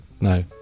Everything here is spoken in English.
No